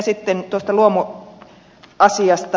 sitten tuosta luomuasiasta